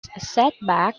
setback